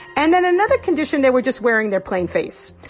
and then another condition, they were just wearing their plain face.